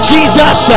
Jesus